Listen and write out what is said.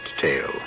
tale